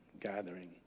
gathering